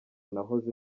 nahoze